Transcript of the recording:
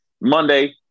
Monday